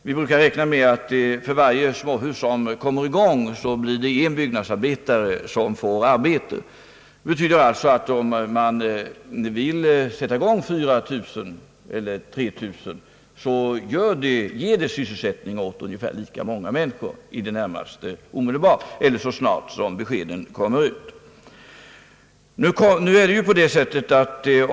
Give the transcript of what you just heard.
Vi brukar räkna med att en byggnadsarbetare får arbete för varje småhus som kommer i gång. Det betyder alltså, att om man sätter i gång 3 000—4 000 småhusbyggen så ger det sysselsättning åt ungefär lika många människor i det närmaste omedelbart eller så snart som beskeden har kommit ut.